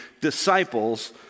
disciples